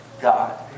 God